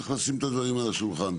צריך לשים את הדברים על השולחן,